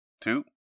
two